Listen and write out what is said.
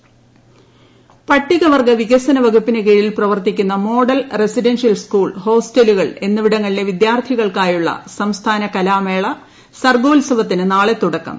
സർഗ്ഗോത്സവം പട്ടികവർഗ്ഗ വികസന വകുപ്പിനു കീഴിൽ പ്രവർത്തിക്കുന്ന മോഡൽ റസിഡൻഷ്യൽ സ്കൂൾ ഹോസ്റ്റലുകൾ എന്നീവിടങ്ങളിലെ വിദ്യാർത്ഥികൾക്കായുള്ള സംസ്ഥാന ക്ലാമേള സർഗ്ഗോത്സവത്തിന് നാളെ തുടക്കം